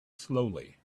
slowly